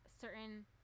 certain